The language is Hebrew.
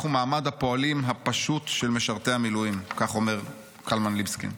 אנחנו מעמד הפועלים הפשוט של משרתי המילואים" כך אומר קלמן ליבסקינד.